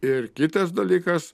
ir kitas dalykas